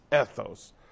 ethos